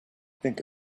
think